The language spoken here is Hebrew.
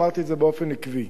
אמרתי את זה באופן עקבי.